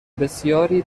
بسیاری